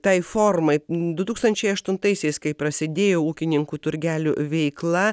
tai formai du tūkstančiai aštuntaisiais kai prasidėjo ūkininkų turgelių veikla